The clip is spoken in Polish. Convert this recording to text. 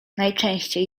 najczęściej